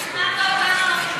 שכנעת אותנו.